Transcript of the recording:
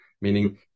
meaning